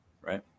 right